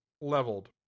leveled